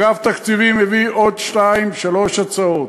אגף התקציבים הביא עוד שתיים-שלוש הצעות.